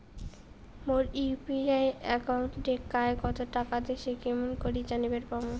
মোর UPI একাউন্টে কায় কতো টাকা দিসে কেমন করে জানিবার পামু?